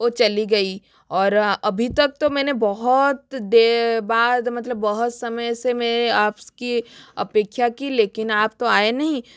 वो चली गई और अभी तक तो मैने बहुत देर बाद मतलब बहुत समय से मैं आप की अपेक्षा की लेकिन आप तो आए नहीं